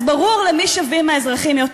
אז ברור למי שווים האזרחים יותר.